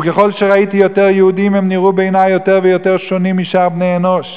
וככל שראיתי יותר יהודים הם נראו בעיני יותר ויותר שונים משאר בני אנוש.